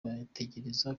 gutegereza